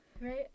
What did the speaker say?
Right